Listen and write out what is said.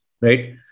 right